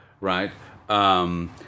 right